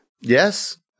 Yes